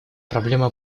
проблема